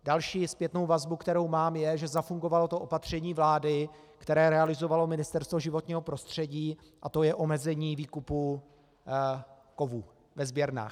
Další zpětnou vazbu, kterou mám, je, že zafungovalo to opatření vlády, které realizovalo Ministerstvo životního prostředí, a to je omezení výkupu kovů ve sběrnách.